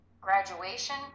graduation